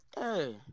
Hey